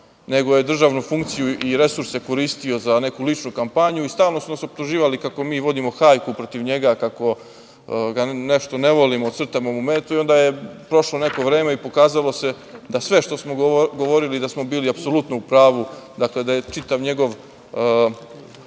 nego je državnu funkciju i resurse koristio za neku ličnu kampanju. Stalno su nas optuživali kako mi vodimo hajku protiv njega, kako ga nešto ne volimo, crtamo mu metu, i onda je prošlo neko vreme i pokazalo se da sve što smo govorili, da smo bili apsolutno u pravu, dakle da je čitav njegov